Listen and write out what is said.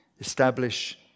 Establish